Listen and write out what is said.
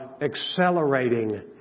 accelerating